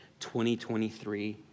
2023